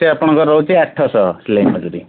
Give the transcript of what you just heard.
ସିଏ ଆପଣଙ୍କର ରହୁଛି ଆଠ ଶହ ସିଲେଇ ମଜୁରି